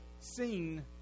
seen